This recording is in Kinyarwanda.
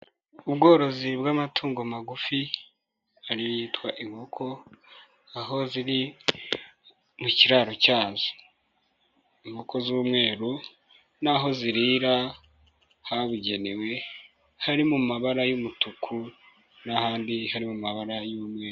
Ubworozi bw'amatungo magufi ari iyitwa inkoko aho ziri mu kiraro cyazo, inkoko z'umweru n'aho zirira habugenewe, hari mu mabara y'umutuku n'ahandi harimo amabara y'umweru.